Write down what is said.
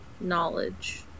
knowledge